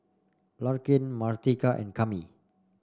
Larkin Martika and Kami